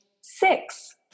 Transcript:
six